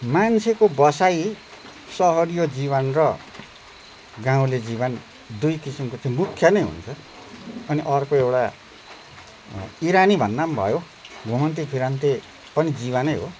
मान्छेको बसाइ सहरिया जीवन र गाउँले जीवन दुई किसिमको चाहिँ मुख्य नै हुन्छ अनि अर्को एउटा इरानी भन्दा पनि भयो घुमन्ते फिरन्ते पनि जीवनै हो